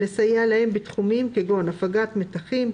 לסייע להם בתחומים כגון הפגת מתחים,